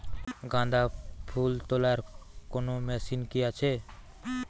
গাঁদাফুল তোলার কোন মেশিন কি আছে?